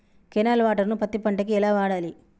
Canal water ను పత్తి పంట కి ఎలా వాడాలి?